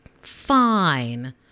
fine